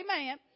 amen